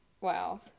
Wow